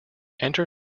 enter